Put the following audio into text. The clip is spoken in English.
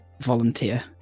volunteer